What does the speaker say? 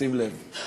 שים לב.